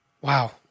Wow